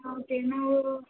ആ ഓക്കെ എന്നാൽ ഒരു